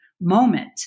moment